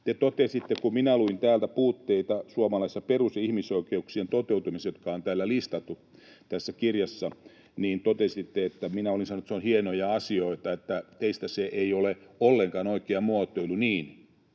lähtökohdista. Kun minä luin täältä puutteita suomalaisessa perus- ja ihmisoikeuksien toteutumisessa, jotka on listattu tässä kirjassa, te totesitte, että minä olin sanonut, että ne ovat hienoja asioita ja että teistä se ei ole ollenkaan oikea muotoilu. Eihän